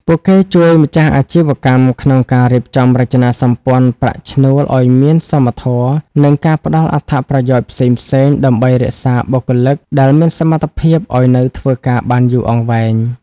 ពួកគេជួយម្ចាស់អាជីវកម្មក្នុងការរៀបចំរចនាសម្ព័ន្ធប្រាក់ឈ្នួលឱ្យមានសមធម៌ និងការផ្ដល់អត្ថប្រយោជន៍ផ្សេងៗ ដើម្បីរក្សាបុគ្គលិកដែលមានសមត្ថភាពឱ្យនៅធ្វើការបានយូរអង្វែង។